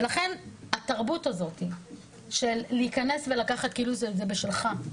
ולכן, התרבות הזאת של להיכנס ולקחת כאילו זה שלך,